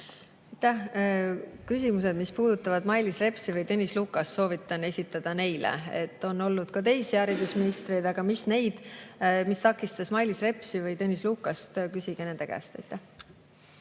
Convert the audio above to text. Küsimused, mis puudutavad Mailis Repsi või Tõnis Lukast, soovitan esitada neile. On olnud ka teisi haridusministreid, aga mis takistas Mailis Repsi või Tõnis Lukast, küsige nende käest.